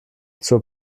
zur